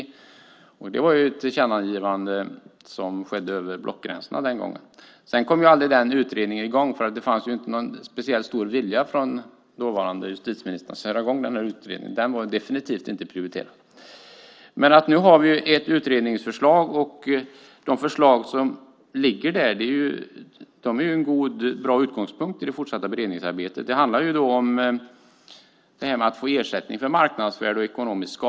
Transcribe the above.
Det var ett tillkännagivande som skedde över blockgränsen den gången. Men den utredningen påbörjades aldrig eftersom det inte fanns någon speciellt stor vilja från dåvarande justitieminister att göra det. Den var definitivt inte prioriterad. Nu har vi ett utredningsförslag. De förslag som finns där är en bra utgångspunkt i det fortsatta beredningsarbetet. Det handlar om att få ersättning för marknadsvärde och ekonomisk skada.